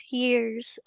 year's